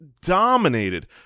dominated